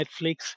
Netflix